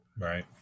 Right